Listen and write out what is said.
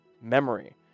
memory